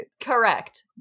Correct